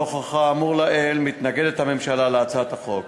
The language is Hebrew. נוכח האמור לעיל הממשלה מתנגדת להצעת החוק.